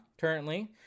currently